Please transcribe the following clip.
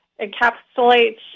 encapsulates